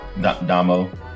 Damo